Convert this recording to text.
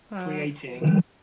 creating